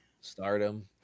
stardom